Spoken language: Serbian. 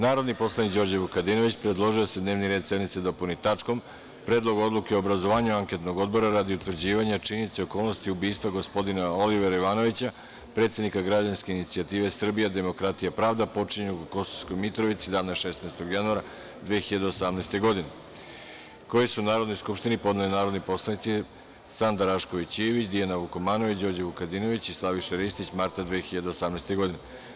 Narodni poslanik Đorđe Vukadinović predložio je da se dnevni red sednice dopuni tačkom - Predlog odluke o obrazovanju anketnog odbora, radi utvrđivanja činjenice i okolnosti ubistva gospodina Olivera Ivanovića, predsednika građanske inicijative "Srbija, demokratija, pravda", počinjenog u Kosovskoj Mitrovici, dana 16. januara 2018. godine, koji su Narodnoj skupštini podneli narodni poslanici Sanda Rašković Ivić, Dijana Vukomanović, Đorđe Vukadinović i Slaviša Ristić, 5. marta 2018. godine.